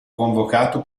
convocato